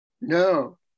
no